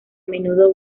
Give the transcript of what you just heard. menudo